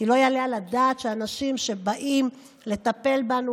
כי לא יעלה על הדעת שאנשים שבאים לטפל בנו,